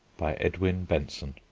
by edwin benson